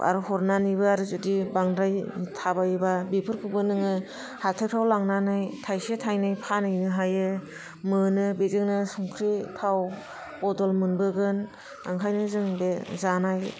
आरो हरनानैबो आरो जुदि बांद्राय थाबावो बा बेफोरखौबो नोङो हाथायफ्राव लांनानै थायसे थायनै फानहैनो हायो मोनो बेजोंनो संख्रि थाव बदल मोनबोगोन ओंखायनो जों बे जानाय